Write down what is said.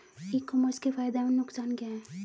ई commerce के फायदे एवं नुकसान क्या हैं?